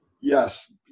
yes